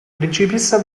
principessa